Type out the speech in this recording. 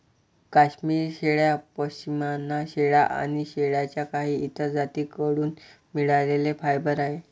काश्मिरी शेळ्या, पश्मीना शेळ्या आणि शेळ्यांच्या काही इतर जाती कडून मिळालेले फायबर आहे